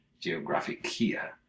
Geographica